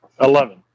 Eleven